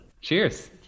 Cheers